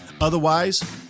Otherwise